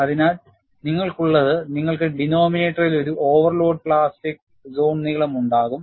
അതിനാൽ നിങ്ങൾക്കുള്ളത് നിങ്ങൾക്ക് ഡിനോമിനേറ്ററിൽ ഒരു ഓവർലോഡ് പ്ലാസ്റ്റിക് സോൺ നീളം ഉണ്ടാകും